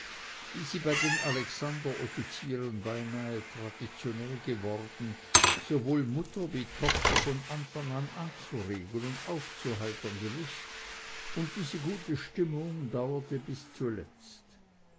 wie sie bei den alexanderoffizieren beinahe traditionell geworden sowohl mutter wie tochter von anfang an anzuregen und aufzuheitern gewußt und diese gute stimmung dauerte bis zuletzt